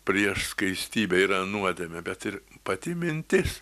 prieš skaistybę yra nuodėmė bet ir pati mintis